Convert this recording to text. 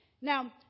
Now